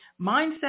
Mindset